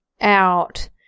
out